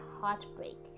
heartbreak